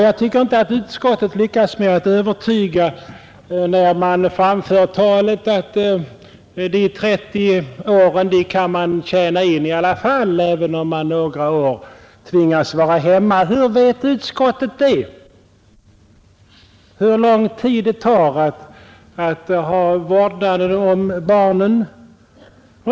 Jag tycker inte att utskottet lyckas övertyga oss med talet om att de 30 åren kan tjänas in i alla fall, även om man några år tvingas vara hemma. Hur vet utskottet vilken tid det tar att ha vårdnad om barnen?